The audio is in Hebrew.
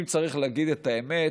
אם צריך להגיד את האמת,